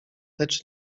lecz